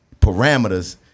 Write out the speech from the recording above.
parameters